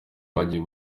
bagiye